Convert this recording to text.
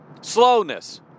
slowness